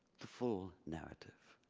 the full narrative.